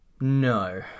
No